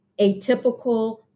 atypical